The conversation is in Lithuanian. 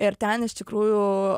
ir ten iš tikrųjų